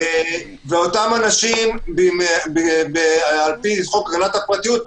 לפי חוק הגנת הפרטיות,